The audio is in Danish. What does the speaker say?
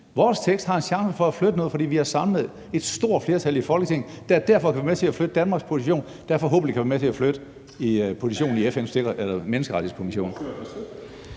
Vores tekst har en chance for at flytte noget, fordi vi har samlet et stort flertal i Folketinget, der derfor kan være med til at flytte Danmarks position, der forhåbentlig kan være med til at flytte positionen i FN's Menneskerettighedskommission.